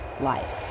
Life